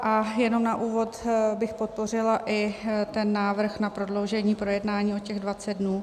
A jenom na úvod bych podpořila i ten návrh na prodloužení projednání o 20 dnů.